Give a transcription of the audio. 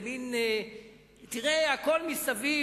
הכול מסביב,